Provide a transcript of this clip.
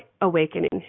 awakening